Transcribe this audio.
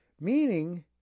Meaning